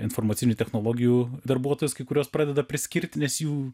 informacinių technologijų darbuotojus kai kuriuos pradeda priskirti nes jų